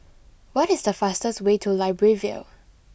what is the fastest way to Libreville